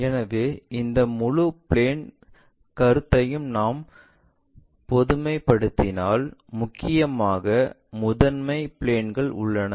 எனவே இந்த முழு பிளேன் கருத்தையும் நாம் பொதுமைப்படுத்தினால் முக்கியமாக முதன்மை பிளேன்கள் உள்ளன